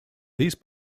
these